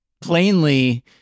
plainly